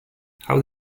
how